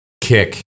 kick